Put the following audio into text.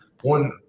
one